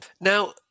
Now